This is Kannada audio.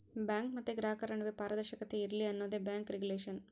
ಬ್ಯಾಂಕ್ ಮತ್ತೆ ಗ್ರಾಹಕರ ನಡುವೆ ಪಾರದರ್ಶಕತೆ ಇರ್ಲಿ ಅನ್ನೋದೇ ಬ್ಯಾಂಕ್ ರಿಗುಲೇಷನ್